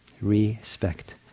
Respect